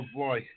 boy